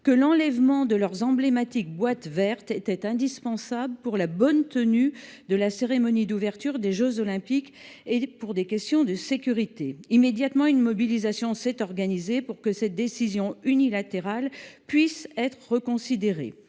que l’enlèvement de leurs emblématiques boîtes vertes était indispensable pour la bonne tenue de la cérémonie d’ouverture des jeux Olympiques et des questions de sécurité. Immédiatement, une mobilisation s’est organisée pour que cette décision unilatérale puisse être reconsidérée.